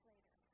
Later